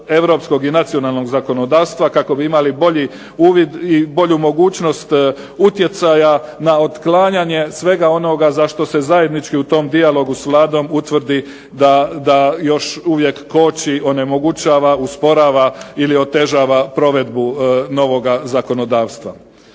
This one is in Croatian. i nacionalnog zakonodavstva. Kako bi imali bolji uvid i bolju mogućnost utjecaja na otklanjanje svega onoga za što se zajednički u tom dijalogu s Vladom utvrdi da još uvijek koči, onemogućava, usporava ili otežava provedbu novoga zakonodavstva.